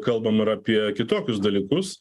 kalbam apie kitokius dalykus